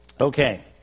Okay